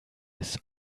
bis